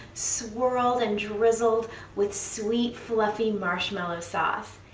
swirled and drizzled with sweet fluffy marshmallow sauce,